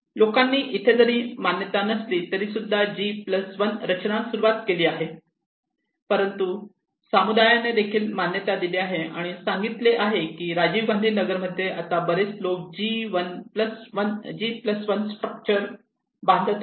लोकांनी इथे जरी मान्यता नसली तरीसुद्धा G1 रचना करण्यास सुरुवात केली आहे परंतु समुदायाने देखील मान्यता दिली आहे आणि सांगितले की राजीव गांधी नगर मध्ये आता बरेच लोक G1 स्ट्रक्चर बांधत आहे